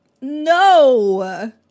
No